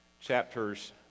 chapters